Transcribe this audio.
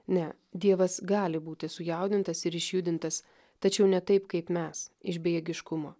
ne dievas gali būti sujaudintas ir išjudintas tačiau ne taip kaip mes iš bejėgiškumo